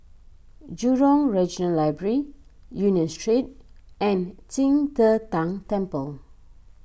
Jurong Regional Library Union Street and Qing De Tang Temple